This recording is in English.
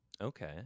Okay